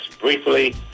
briefly